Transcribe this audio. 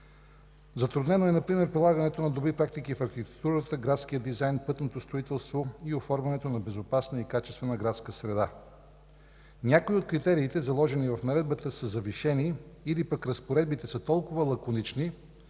Затруднено е например прилагането на добри практики в архитектурата, градския дизайн, пътното строителство и оформянето на безопасна и качествена градска среда. Някои от критериите, заложени в наредбата са завишени, или пък разпоредбите са толкова лаконични,